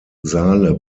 saale